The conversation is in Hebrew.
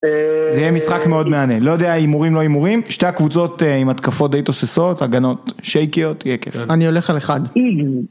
זה יהיה משחק מאוד מעניין, לא יודע הימורים לא הימורים, שתי הקבוצות עם התקפות די תוססות, הגנות שייקיות, יהיה כיף. אני הולך על אחד.